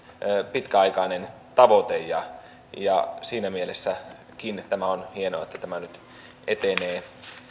pitkäaikainen tavoite ja ja siinäkin mielessä on hienoa että tämä nyt etenee läpi